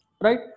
Right